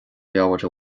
leabhair